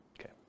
Okay